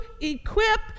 equip